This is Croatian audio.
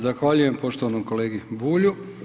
Zahvaljujem poštovanom kolegi Bulju.